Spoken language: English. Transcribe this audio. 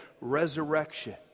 resurrection